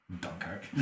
Dunkirk